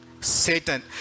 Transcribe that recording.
Satan